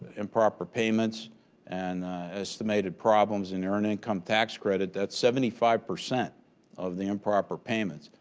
improper payments and estimated problems in earned income tax credit, that's seventy five percent of the improper payments.